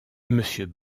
monsieur